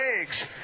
eggs